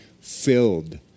filled